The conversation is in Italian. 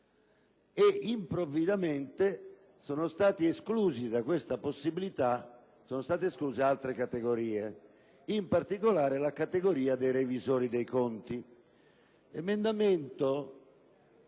Improvvisamente sono stati esclusi da questa possibilitaaltre categorie, in particolare quella dei revisori dei conti.